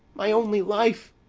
my only life!